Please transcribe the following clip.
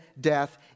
death